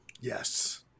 Yes